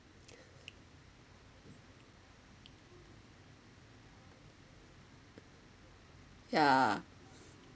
ya